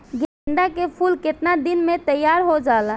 गेंदा के फूल केतना दिन में तइयार हो जाला?